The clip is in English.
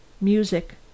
music